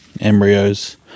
embryos